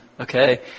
okay